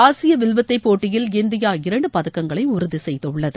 ஆசிய வில்வித்தை போட்டியில் இந்தியா இரண்டு பதக்கங்களை உறுதி செய்துள்ளது